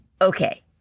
Okay